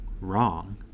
wrong